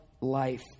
life